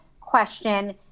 question